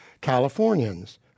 Californians